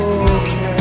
okay